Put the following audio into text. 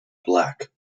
black